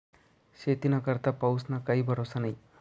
शेतीना करता पाऊसना काई भरोसा न्हई